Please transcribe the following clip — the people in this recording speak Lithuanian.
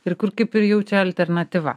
ir kur kaip ir jau čia alternatyva